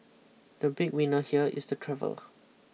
the big winner here is the travel